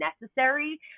necessary